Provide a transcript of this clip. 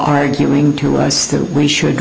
arguing to us that we should